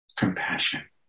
Compassion